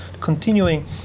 continuing